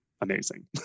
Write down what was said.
amazing